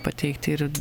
pateikti ir